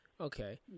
Okay